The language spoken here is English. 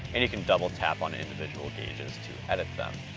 and you can double tap on individual gauges to edit them.